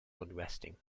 unresting